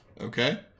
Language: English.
Okay